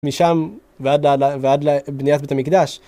משם ועד לבניית בית המקדש.